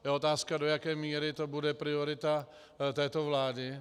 Je otázka, do jaké míry to bude priorita této vlády.